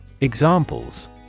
Examples